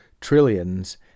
trillions